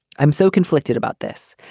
i'm so conflicted about this.